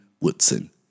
Woodson